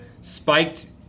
spiked